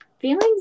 Feelings